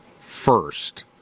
first